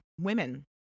women